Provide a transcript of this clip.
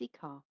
car